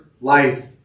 life